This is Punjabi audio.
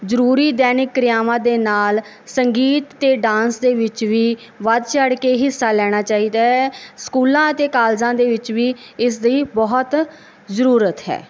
ਜ਼ਰੂਰੀ ਦੈਨਿਕ ਕਿਰਿਆਵਾਂ ਦੇ ਨਾਲ ਸੰਗੀਤ ਅਤੇ ਡਾਂਸ ਦੇ ਵਿੱਚ ਵੀ ਵੱਧ ਚੜ੍ਹ ਕੇ ਹਿੱਸਾ ਲੈਣਾ ਚਾਹੀਦਾ ਹੈ ਸਕੂਲਾਂ ਅਤੇ ਕਾਲਜਾਂ ਦੇ ਵਿੱਚ ਵੀ ਇਸਦੀ ਬਹੁਤ ਜ਼ਰੂਰਤ ਹੈ